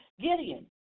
Gideon